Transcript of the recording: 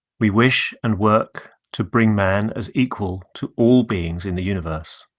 we wish and work to bring man as equal to all beings in the universe.